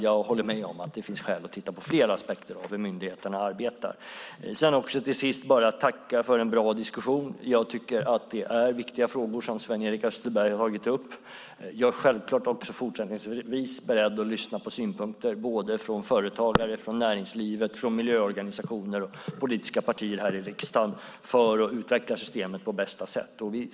Jag håller med om att det finns skäl att titta på flera aspekter av hur myndigheterna arbetar. Jag tackar för en bra diskussion. Det är viktiga frågor som Sven-Erik Österberg tar upp. Jag är givetvis också fortsättningsvis beredd att lyssna på synpunkter från företagare, näringsliv, miljöorganisationer och politiska partier i riksdagen för att utveckla systemet på bästa sätt.